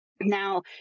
Now